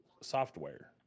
software